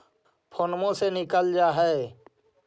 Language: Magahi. फोनवो से निकल जा है?